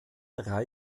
drei